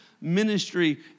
ministry